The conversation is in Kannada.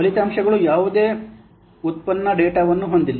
ಫಲಿತಾಂಶಗಳು ಯಾವುದೇ ವ್ಯುತ್ಪನ್ನ ಡೇಟಾವನ್ನು ಹೊಂದಿಲ್ಲ